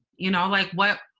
you know, like what?